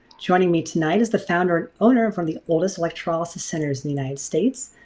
joining me tonight is the founder and owner and from the oldest electrolysis centers in the united states,